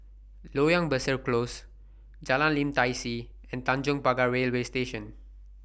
Loyang Besar Close Jalan Lim Tai See and Tanjong Pagar Railway Station